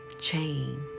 chain